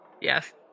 Yes